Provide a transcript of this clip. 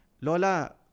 Lola